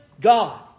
God